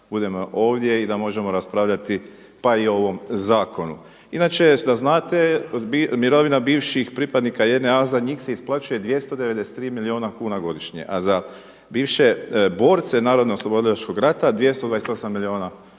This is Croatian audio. budemo ovdje i da možemo raspravljati pa i o ovom zakonu. Inače da znate mirovina bivših pripadnika JNA za njih se isplaćuje 293 milijuna kuna godišnje, a za bivše borce narodno oslobodilačkog rata 228 milijuna kuna